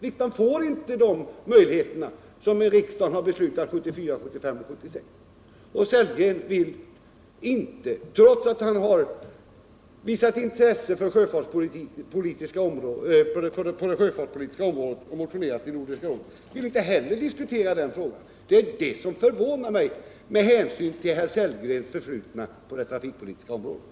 Riksdagen får alltså inte de möjligheter som riksdagen beslutade om 1974, 1975 och 1976. Herr Sellgren vill inte diskutera den här frågan, trots att han har visat intresse för sjöfartspolitik och motionerat i Nordiska rådet, och det är, som sagt, detta som förvånar mig.